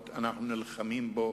אנחנו נלחמים בו